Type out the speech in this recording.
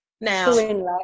Now